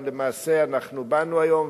אבל אנחנו באנו היום,